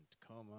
Tacoma